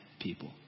people